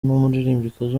n’umuririmbyikazi